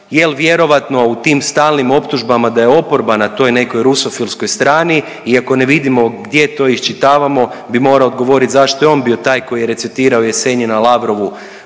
jer vjerojatno u tim stalnim optužbama da je oporba na toj nekoj rusofilskoj strani iako ne vidimo gdje to iščitavamo bi morao odgovoriti zašto je on bio taj koji je recitirao Jesenjina Lavrovu